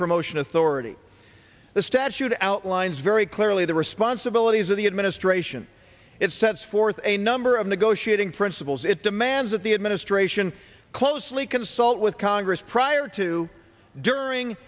promotion authority the statute outlines very clearly the responsibilities of the administration it sets forth a number of negotiating principles it demands that the administration closely consult with congress prior to during